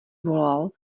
volal